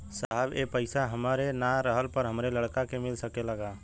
साहब ए पैसा हमरे ना रहले पर हमरे लड़का के मिल सकेला का?